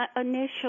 initially